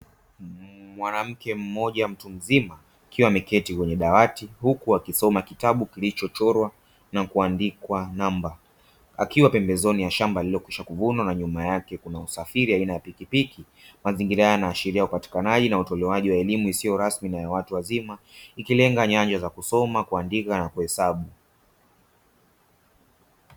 Mwanamke mmoja mtu mzima akiwa ameketi kwenye dawati huku akisoma kitabu kilichochorwa na kuandikwa namba, akiwa pembezoni ya shamba lililokwiaha kuvunwa na nyuma yake kuna usafiri aina ya pikipiki. Mazingira haya yanaashiria upatikanaji na utolewaji wa elimu isiyo rasmi na ya watu wazima, ikilenga nyanja za kusoma, kuandika na kuhesabu.